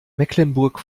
mecklenburg